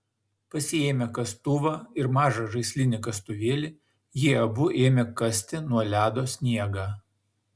pasiėmę kastuvą ir mažą žaislinį kastuvėlį jie abu ėmė kasti nuo ledo sniegą